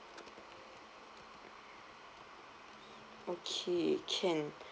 okay can